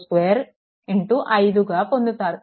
22 5 గా పొందుతారు